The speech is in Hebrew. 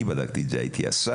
אני בדקתי את זה, הייתי השר,